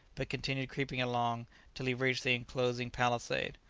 but continued creeping along till he reached the enclosing palisade.